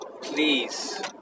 please